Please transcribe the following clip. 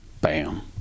bam